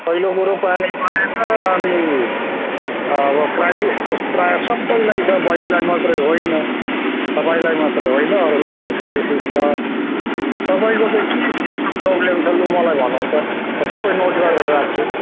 पहिलो कुरो पानी परेन अनि अब क्राइसिस त प्रायः सबैलाई छ बैनीलाई मात्रै होइन तपाईँलाई मात्रै होइन अरूलाई पनि क्राइसिस छ तपाईँको चाहिँ के प्रब्लम छ लु मलाई भनौँ त सबै नोट गरेर राख्छु